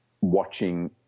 watching